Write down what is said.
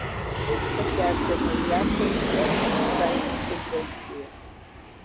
fiesta tęsia naująsias ford dizaino tendencijas